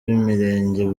b’imirenge